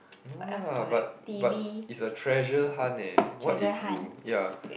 no lah but but it's a treasure hunt eh what if you ya